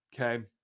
Okay